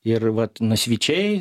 ir vat nasvyčiai